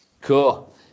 Cool